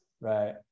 right